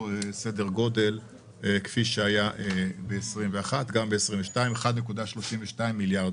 סדר גודל כפי שהיה ב-2021 1.32 מיליארד